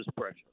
pressure